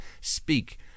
speak